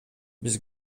биз